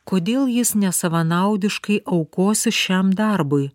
kodėl jis nesavanaudiškai aukosis šiam darbui